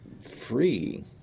free